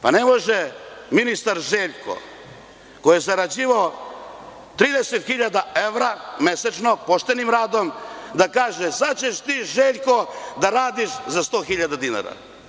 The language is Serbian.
Pa, ne može ministar Željko koji je zarađivao 30.000 evra mesečno, poštenim radom, da kaže - sad ćeš ti Željko da radiš za 100.000 dinara.